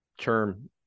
term